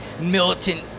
militant